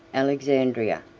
alexandria,